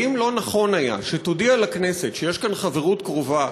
האם לא נכון היה שתודיע לכנסת שיש כאן חברות קרובה,